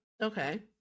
okay